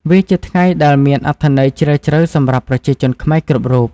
វាជាថ្ងៃដែលមានអត្ថន័យជ្រាលជ្រៅសម្រាប់ប្រជាជនខ្មែរគ្រប់រូប។